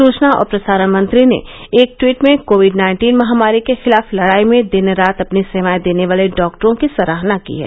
सुचना और प्रसारण मंत्री ने एक टवीट में कोविड नाइन्टीन महामारी के खिलाफ लड़ाई में दिन रात अपनी सेवाए देने वाले डॉक्टरों की सराहना की है